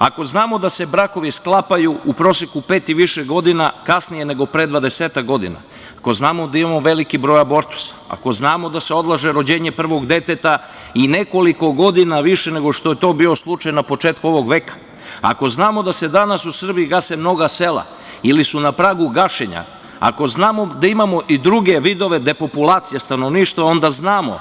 Ako znamo da se brakovi sklapaju u proseku pet i više godina kasnije nego pre dvadesetak godina, ako znamo da imamo veliki broj abortusa, ako znamo da se odlaže rođenje prvog deteta i nekoliko godina više nego što je to bio slučaj na početku ovog veka, ako znamo da se danas u Srbiji gase mnoga sela ili su na pragu gašenja, ako znamo da imamo druge vidove depopulacije stanovništva, onda znamo